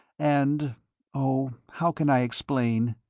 and oh, how can i explain?